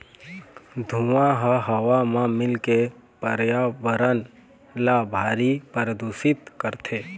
धुंआ ह हवा म मिलके परयाबरन ल भारी परदूसित करथे